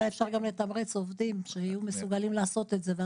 אולי אפשר גם לתמרץ עובדים שיהיו מסוגלים לעשות את זה.